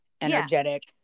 energetic